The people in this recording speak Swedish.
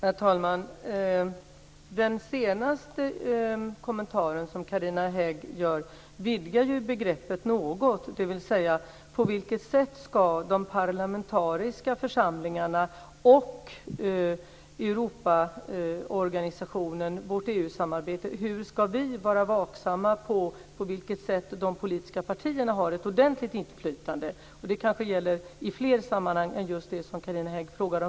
Herr talman! Den senaste kommentaren som Carina Hägg gör vidgar ju begreppet något. På vilket sätt ska de parlamentariska församlingarna och Europaorganisationen - EU-samarbetet - vara vaksamma på de politiska partiernas inflytande? Det gäller kanske i fler sammanhang än just det som Carina Hägg tar upp.